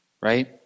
right